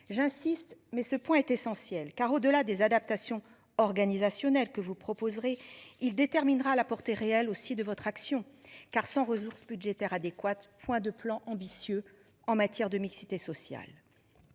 j'insiste, mais ce point est essentiel car au-delà des adaptations organisationnelles, que vous proposerez il déterminera la portée réelle aussi de votre action. Car sans ressources budgétaires adéquates point de plan ambitieux en matière de mixité sociale.